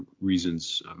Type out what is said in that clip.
reasons